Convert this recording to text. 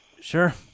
Sure